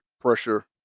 pressure